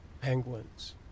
penguins